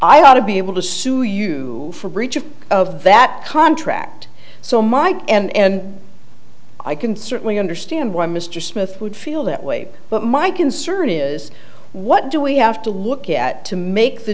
i ought to be able to sue you for breach of of that contract so mike and i can certainly understand why mr smith would feel that way but my concern is what do we have to look at to make the